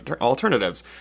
alternatives